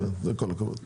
באמת כל הכבוד לו.